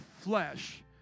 flesh